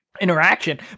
interaction